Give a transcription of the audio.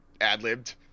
ad-libbed